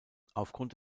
aufgrund